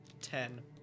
Ten